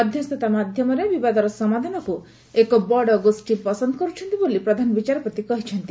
ମଧ୍ଧସ୍ରତା ମାଧ୍ଧମରେ ବିବାଦର ସମାଧାନକୁ ଏକ ବଡ ଗୋଷୀ ପସନ୍ଦ କର୍ବଛନ୍ତି ବୋଲି ପ୍ରଧାନ ବିଚାରପତି କହିଛନ୍ତି